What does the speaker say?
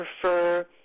prefer